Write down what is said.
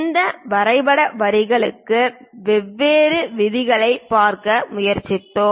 இந்த வரைபட வரிகளுக்கு வெவ்வேறு விதிகளைப் பார்க்க முயற்சித்தோம்